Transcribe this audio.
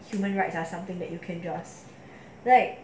human rights or something that you can just like